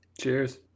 Cheers